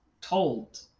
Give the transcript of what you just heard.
told